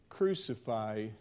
Crucify